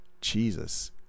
Jesus